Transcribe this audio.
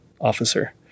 officer